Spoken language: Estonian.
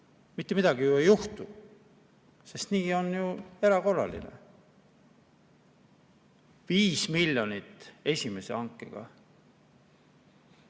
Mitte midagi ei juhtu, sest see on ju erakorraline. 5 miljonit esimese hankega!